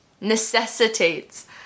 necessitates